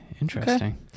Interesting